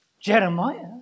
Jeremiah